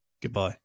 Goodbye